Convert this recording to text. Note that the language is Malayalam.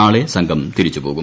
നാളെ സംഘം തിരിച്ചുപോകും